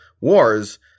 wars